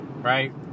right